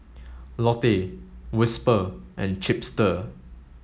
Lotte Whisper and Chipster